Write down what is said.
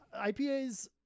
IPAs